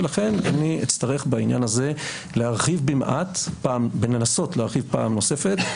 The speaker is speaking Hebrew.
ולכן אני אצטרך בעניין הזה להרחיב במעט בלנסות להרחיב פעם נוספת.